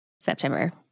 September